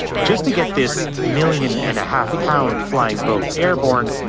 just to get this million and a half pound flying boat airborne,